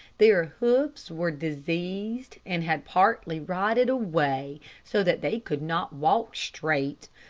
their hoofs were diseased, and had partly rotted away, so that they could not walk straight.